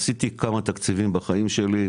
עשיתי כמה תקציבים בחיים שלי,